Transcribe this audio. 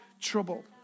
trouble